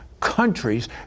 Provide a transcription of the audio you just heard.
Countries